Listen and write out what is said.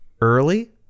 early